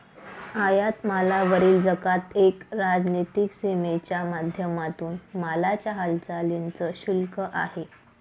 आयात मालावरील जकात एक राजनीतिक सीमेच्या माध्यमातून मालाच्या हालचालींच शुल्क आहे